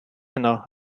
heno